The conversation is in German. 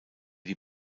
die